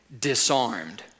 disarmed